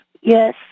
Yes